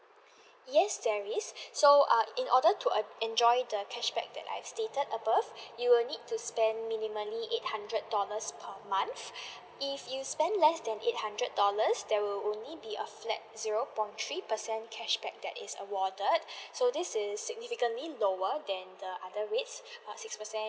yes there is so err in order to en~ enjoy the cashback that I've stated above you will need to spend minimally eight hundred dollars per month if you spend less that eight hundred dollar there will only be a flat zero point three percent cashback that is awarded so this is significantly lower than the other rates err six percent